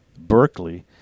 Berkeley